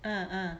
ah ah